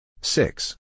six